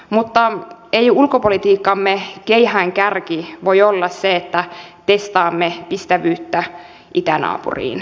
mutta ei ulkopolitiikkamme keihäänkärki voi olla se että testaamme ystävyyttä itänaapuriin